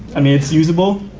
i mean it's usable.